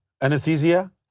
anesthesia